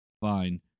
Fine